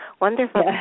Wonderful